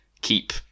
keep